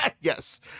Yes